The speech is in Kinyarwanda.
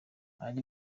ari